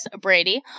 Brady